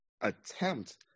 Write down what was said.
attempt